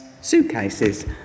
suitcases